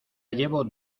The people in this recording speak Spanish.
llevo